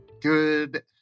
Good